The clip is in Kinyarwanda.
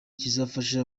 kizafasha